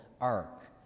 ark